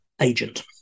agent